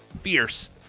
fierce